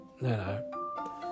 No